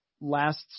last